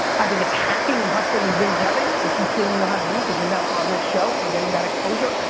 i think it's hacking, and hustling, and biz-devving, which you clearly know how to do cause you're now on this show and getting that exposure.